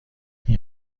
این